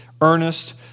earnest